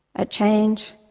a change,